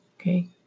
okay